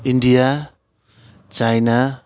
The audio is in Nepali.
India China